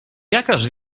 jakaż